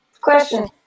Question